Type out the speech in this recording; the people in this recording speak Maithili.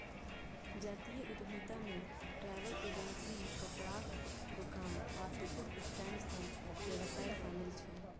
जातीय उद्यमिता मे ट्रैवल एजेंसी, कपड़ाक दोकान, फास्ट फूड स्टैंड सन व्यवसाय शामिल छै